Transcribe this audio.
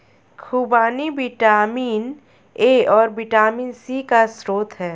खूबानी vitamin A और vitamin C का स्रोत है